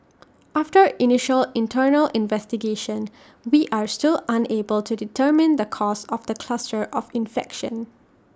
after initial internal investigation we are still unable to determine the cause of the cluster of infection